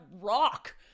rock